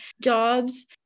jobs